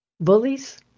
bullies